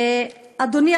אדוני,